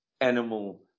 animal